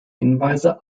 hinweise